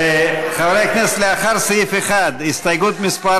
חברי הכנסת, לאחרי סעיף 1, הסתייגות מס'